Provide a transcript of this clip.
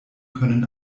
können